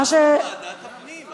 מה, ועדת הפנים.